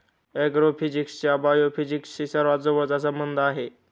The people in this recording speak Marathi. ऍग्रोफिजिक्सचा बायोफिजिक्सशी सर्वात जवळचा संबंध आहे